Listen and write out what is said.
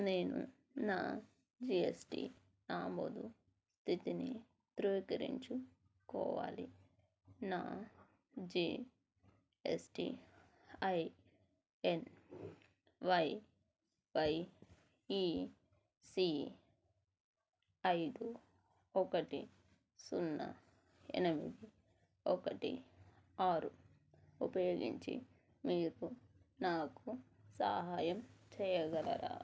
నేను నా జీఎస్టీ నామోదు స్థితిని ధృవీకరించుకోవాలి నా జీఎస్టీ ఐఎన్వైవైఈసీ ఐదు ఒకటి సున్నా ఎనిమిది ఒకటి ఆరు ఉపయోగించి మీకు నాకు సహాయం చేయగలరా